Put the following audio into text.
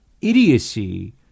idiocy